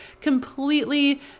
completely